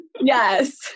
Yes